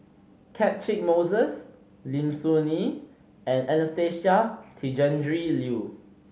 Catchick Moses Lim Soo Ngee and Anastasia Tjendri Liew